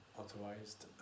authorized